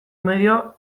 medio